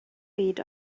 byd